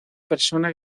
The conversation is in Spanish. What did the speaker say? persona